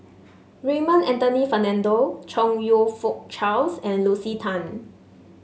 Raymond Anthony Fernando Chong You Fook Charles and Lucy Tan